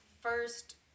first